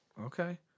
Okay